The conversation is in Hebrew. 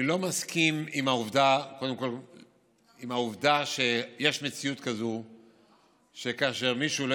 אני לא מסכים עם העובדה שיש מציאות כזאת שכאשר מישהו לא